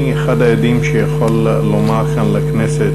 אני אחד העדים שיכול לומר כאן לכנסת